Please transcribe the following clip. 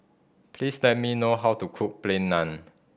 please tell me know how to cook Plain Naan